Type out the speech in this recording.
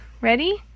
ready